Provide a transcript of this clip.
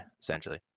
essentially